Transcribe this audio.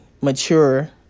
mature